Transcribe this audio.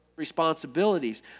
responsibilities